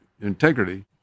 integrity